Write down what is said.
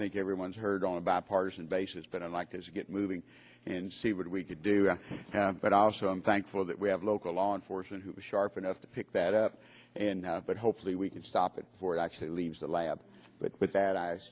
think everyone's heard on a bipartisan basis but i like as you get moving and see what we could do but also i'm thankful that we have local law enforcement who was sharp enough to pick that up and but hopefully we can stop it before it actually leaves the lab but with